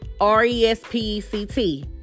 R-E-S-P-E-C-T